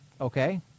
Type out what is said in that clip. Okay